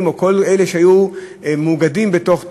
או לכל אלה שהיו מאוגדים בתוך "תנובה"